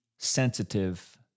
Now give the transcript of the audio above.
sensitive